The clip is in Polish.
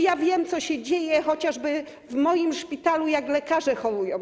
Ja wiem, co się dzieje chociażby w moim szpitalu, jak lekarze chorują.